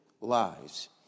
lies